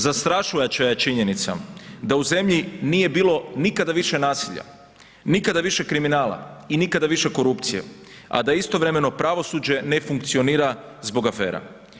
Zastrašujuća je činjenica da u zemlji nije bilo nikada više nasilja, nikada više kriminala i nikada više korupcije a da istovremeno pravosuđe ne funkcionira zbog afera.